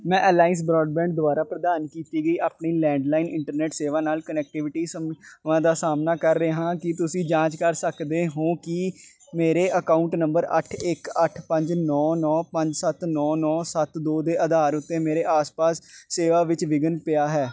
ਮੈਂ Alliance Broadband ਦੁਆਰਾ ਪ੍ਰਦਾਨ ਕੀਤੀ ਗਈ ਆਪਣੀ ਲੈਂਡਲਾਈਨ ਇੰਟਰਨੈਟ ਸੇਵਾ ਨਾਲ ਕਨੈਕਟੀਵਿਟੀ ਸਮੱਸਿਆਵਾਂ ਦਾ ਸਾਹਮਣਾ ਕਰ ਰਿਹਾ ਹਾਂ ਕੀ ਤੁਸੀਂ ਜਾਂਚ ਕਰ ਸਕਦੇ ਹੋ ਕੀ ਮੇਰੇ ਅਕਾਊਂਟ ਨੰਬਰ ਅੱਠ ਇੱਕ ਅੱਠ ਪੰਜ ਨੌਂ ਨੌਂ ਪੰਜ ਸੱਤ ਨੌਂ ਨੌਂ ਸੱਤ ਦੋ ਦੇ ਅਧਾਰ ਉੱਤੇ ਮੇਰੇ ਆਸ ਪਾਸ ਸੇਵਾ ਵਿੱਚ ਵਿਘਨ ਪਿਆ ਹੈ